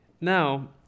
now